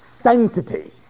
sanctity